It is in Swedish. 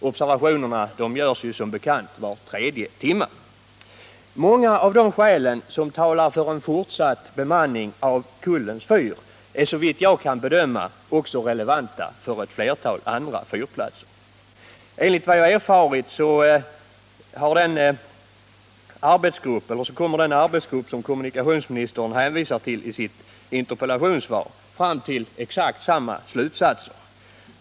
Observationerna görs som bekant var tredje timme. Många av de skäl som talar för en fortsatt bemanning av Kullens fyr är såvitt jag kan bedöma också relevanta för ett flertal andra fyrplatser. Enligt vad jag erfarit kommer den arbetsgrupp som kommunikationsministern hänvisar till i sitt interpellationssvar fram till exakt samma slutsatser.